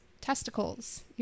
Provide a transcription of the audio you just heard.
testicles